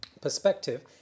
perspective